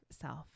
self